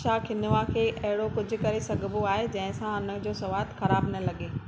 छा किंवा खे अहिड़ो कुझु करे सघिबो आहे जंहिंसां हुन जो सवादु ख़राबु न लॻे